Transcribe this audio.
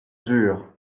dur